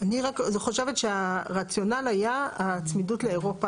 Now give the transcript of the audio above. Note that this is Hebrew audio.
אני רק חושבת שהרציונל היה הצמידות לאירופה.